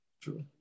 True